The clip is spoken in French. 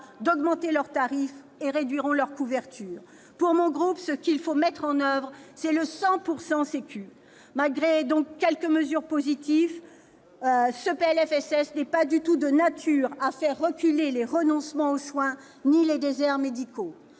d'augmenter leurs tarifs et de réduire leur couverture. Pour mon groupe, ce qu'il faut mettre en oeuvre, c'est le « 100 % sécu ». Malgré quelques mesures positives, ce PLFSS n'est pas du tout de nature à faire reculer les renoncements aux soins et les déserts médicaux.